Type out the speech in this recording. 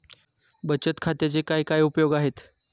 बचत खात्याचे काय काय उपयोग आहेत?